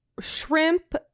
shrimp